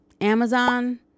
Amazon